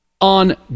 On